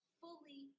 fully